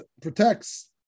protects